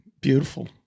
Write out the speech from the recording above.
beautiful